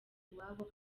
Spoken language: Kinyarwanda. iwabo